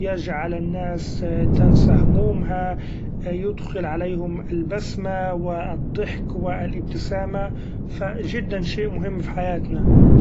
يجعل الناس تنسي همومها يدخل عليهم البسمة و الضحك و الإبتسامة ف جدا شيء مهم ف حياتنا.